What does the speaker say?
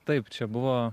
taip čia buvo